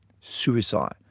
Suicide